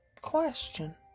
Question